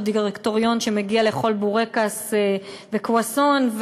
דירקטוריון שמגיע לאכול בורקס וקרואסון,